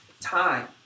time